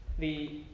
the,